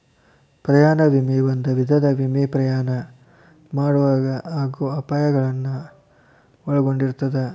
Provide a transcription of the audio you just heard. ಪ್ರಯಾಣ ವಿಮೆ ಒಂದ ವಿಧದ ವಿಮೆ ಪ್ರಯಾಣ ಮಾಡೊವಾಗ ಆಗೋ ಅಪಾಯಗಳನ್ನ ಒಳಗೊಂಡಿರ್ತದ